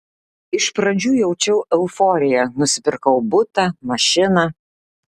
iš pradžių jaučiau euforiją nusipirkau butą mašiną